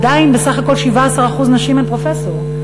עדיין בסך הכול 17% הם נשים שהן פרופסור.